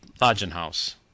lodging-house